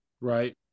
Right